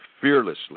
fearlessly